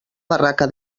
barraca